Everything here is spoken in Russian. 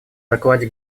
докладе